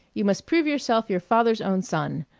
you must prove yourself your father's own son.